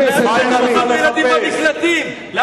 ילדים במקלטים, חבר הכנסת בן-ארי.